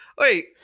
Wait